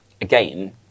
again